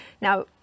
Now